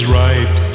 right